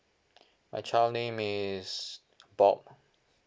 my child name is bob